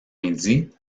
midi